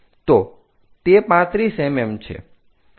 તો તે 35 mm છે